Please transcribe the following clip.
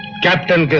captain.